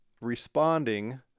responding